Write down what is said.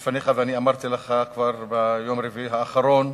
בפניך, אמרתי לך כבר ביום רביעי האחרון,